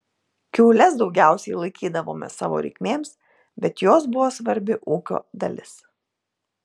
kiaules daugiausiai laikydavome savo reikmėms bet jos buvo svarbi ūkio dalis